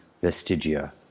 Vestigia